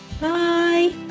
Bye